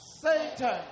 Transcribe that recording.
Satan